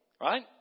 right